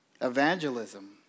Evangelism